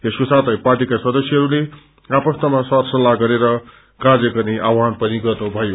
यसको साथै पार्टीका सदस्यहरूले आपस्तमा सर सल्लाह गरे कार्यगर्ने आवहान पनि गर्नुभयो